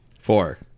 four